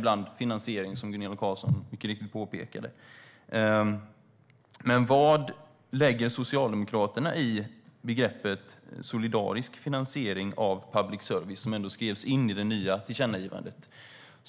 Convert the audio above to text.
bland annat upp finansieringen, som Gunilla Carlsson mycket riktigt påpekade. Vad lägger Socialdemokraterna i begreppet solidarisk finansiering av public service, som ändå skrevs in i det nya tillkännagivandet?